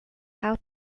how